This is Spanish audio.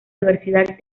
universidad